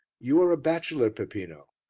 you are a bachelor, peppino,